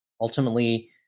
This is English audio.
ultimately